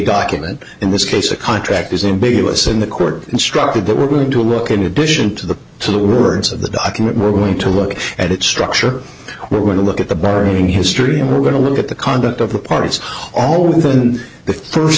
document in this case a contract is in big us and the court instructed that we're going to look at an addition to the to the words of the document we're going to look at its structure we're going to look at the burning history and we're going to look at the conduct of the parties all within the first